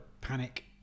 panic